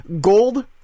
Gold